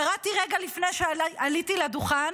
קראתי רגע לפני שעליתי לדוכן